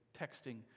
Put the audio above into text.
texting